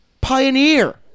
pioneer